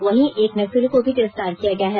वहीं एक नक्सली को भी गिरफ्तार किया गया है